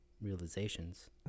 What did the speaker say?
realizations